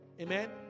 amen